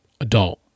adult